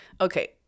Okay